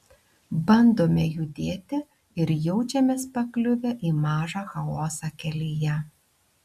bandome judėti ir jaučiamės pakliuvę į mažą chaosą kelyje